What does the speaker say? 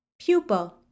Pupil